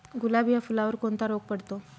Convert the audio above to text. गुलाब या फुलावर कोणता रोग पडतो?